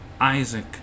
Isaac